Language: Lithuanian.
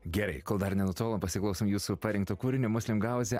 gerai kol dar nenutolom pasiklausom jūsų parinkto kūrinio maslim gauzė